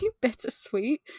bittersweet